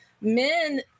men